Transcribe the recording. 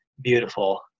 beautiful